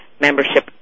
membership